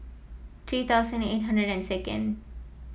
three thousand and eight hundred and second